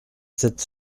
sept